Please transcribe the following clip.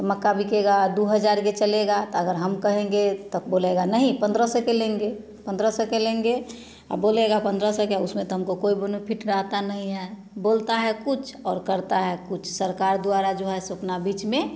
तो मक्का बिकेगा दो हजार के चलेगा त अगर हम कहेंगे तब बोलेगा नहीं पंद्रह सौ के लेंगे पंद्रह सौ के लेंगे आ बोलेगा पंद्रह सौ के उसमें तो हमको कोई बोनोफिट रहता नहीं है बोलता है कुछ और करता है कुछ सरकार द्वारा जो है सो अपना बीच में